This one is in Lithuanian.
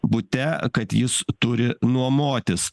bute kad jis turi nuomotis